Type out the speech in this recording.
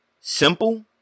simple